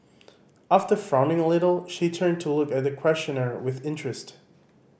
after frowning a little she turned to look at the questioner with interest